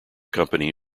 company